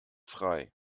frei